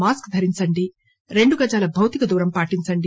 mask ధరించండి రెండు గజాల భౌతికదూరం పాటించండి